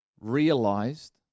realized